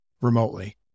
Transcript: remotely